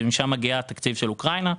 משם מגיע התקציב של אוקראינה,